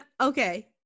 Okay